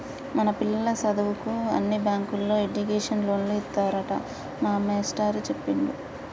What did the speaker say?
మన పిల్లల సదువుకు అన్ని బ్యాంకుల్లో ఎడ్యుకేషన్ లోన్లు ఇత్తారట మా మేస్టారు సెప్పిండు